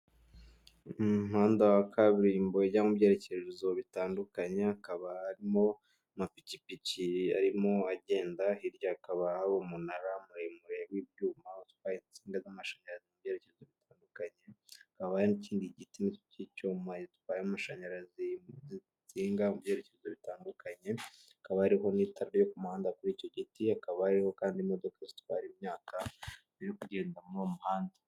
Mu muhanda wa kaburimbojya mu byerekezo bitandukanye hakaba harimo amapikipiki arimo agenda hirya hakaba ha umunara muremure w'ibyuma z'amashanyarazi byerekezo bitandukanye habaye n'ikindi giti nacyo cy'icyuma gitwaye amashanyarazisinga mu byerekezo bitandukanye kaba ariho n'itara yo ku muhanda kuri icyo giti hakaba ariho kandi imodoka zitwara imyaka biri kugenda mu muhanda.